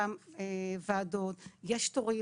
יש תורים,